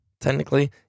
technically